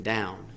Down